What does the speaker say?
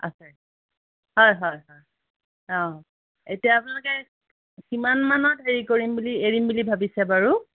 আছে হয় হয় হয় অঁ এতিয়া আপোনালোকে কিমান মানত হেৰি কৰিম বুলি এৰিম বুলি ভাবিছে বাৰু